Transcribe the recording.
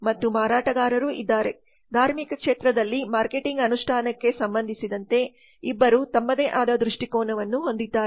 ಮತ್ತು ಮಾರಾಟಗಾರರು ಇದ್ದಾರೆ ಧಾರ್ಮಿಕ ಕ್ಷೇತ್ರದಲ್ಲಿ ಮಾರ್ಕೆಟಿಂಗ್ ಅನುಷ್ಠಾನಕ್ಕೆ ಸಂಬಂಧಿಸಿದಂತೆ ಇಬ್ಬರೂ ತಮ್ಮದೇ ಆದ ದೃಷ್ಟಿಕೋನವನ್ನು ಹೊಂದಿದ್ದಾರೆ